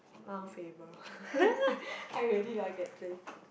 Mount-Faber I really like that place